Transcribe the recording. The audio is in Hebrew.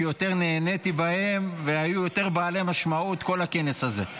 שיותר נהניתי בהם והיו יותר בעלי משמעות כל הכנס הזה.